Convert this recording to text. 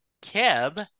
Keb